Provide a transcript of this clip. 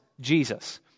Jesus